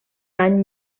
any